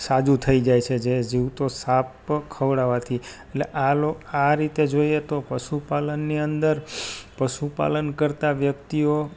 સાજુંથી જાય છે જે જીવતો સાપ ખવડાવાથી એલે આ રીતે જોઈએ તો પશુપાલનની અંદર પશુપાલન કરતાં વ્યક્તિઓ